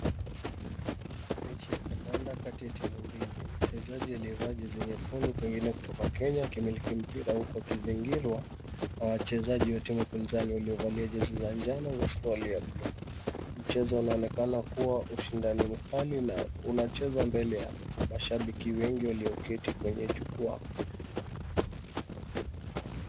Mechi ya kandanda kati ya timu mbili. Mchezaji aliyevaa jezi nyekundu pengine kutoka Kenya akimiliki mpira huku akizingirwa na wachezaji wa timu ya upinzani waliovalia jezi za njano na suruali ya buluu. Mchezo unaonekana kua ushindani mkali na unachezwa mbele ya mashabiki wengi walio keti kwenye jukwa.